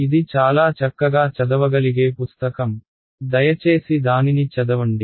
ఇది చాలా చక్కగా చదవగలిగే పుస్తకం దయచేసి దానిని చదవండి